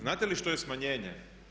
Znate li što je smanjenje?